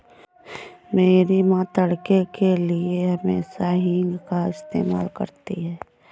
मेरी मां तड़के के लिए हमेशा हींग का इस्तेमाल करती हैं